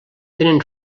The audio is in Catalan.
tenen